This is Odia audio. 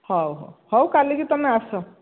ହଉ ହଉ ହଉ କାଲିକୁ ତୁମେ ଆସ